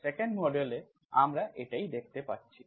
2nd model এ আমরা এটাই দেখতে পাচ্ছি